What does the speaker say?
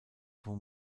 vom